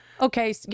Okay